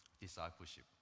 discipleship